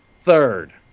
third